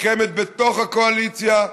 שקיימת בתוך הקואליציה,